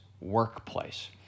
workplace